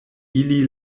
ili